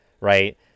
right